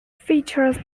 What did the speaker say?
features